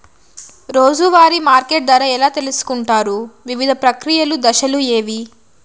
రోజూ వారి మార్కెట్ ధర ఎలా తెలుసుకొంటారు వివిధ ప్రక్రియలు దశలు ఏవి?